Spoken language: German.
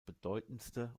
bedeutendste